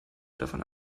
davon